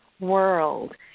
World